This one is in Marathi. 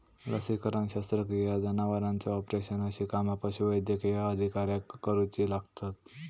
लसीकरण, शस्त्रक्रिया, जनावरांचे ऑपरेशन अशी कामा पशुवैद्यकीय अधिकाऱ्याक करुची लागतत